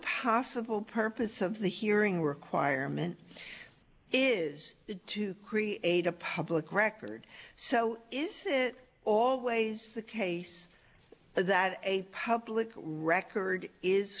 possible purpose of the hearing requirement is it to create a public record so is it always the case that a public record is